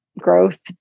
growth